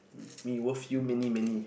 me worth you many many